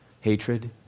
Hatred